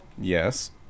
Yes